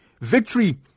Victory